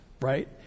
right